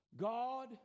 God